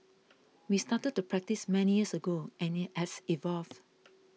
we started the practice many years ago and it has evolved